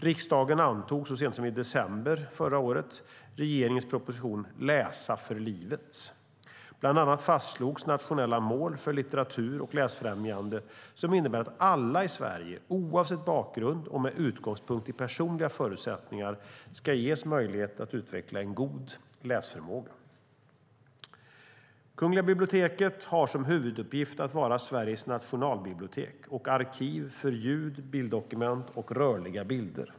Riksdagen antog så sent som i december förra året regeringens proposition Läsa för livet . Bland annat fastslogs nationella mål för litteratur och läsfrämjande som innebär att alla i Sverige oavsett bakgrund och med utgångspunkt i personliga förutsättningar ska ges möjlighet att utveckla en god läsförmåga. Kungliga biblioteket har som huvuduppgift att vara Sveriges nationalbibliotek och arkiv för ljud och bilddokument samt rörliga bilder.